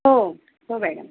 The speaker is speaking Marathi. हो हो मॅडम